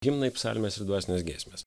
himnai psalmės ir dvasinės giesmės